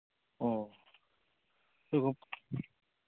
ꯑꯣ ꯑꯗꯨ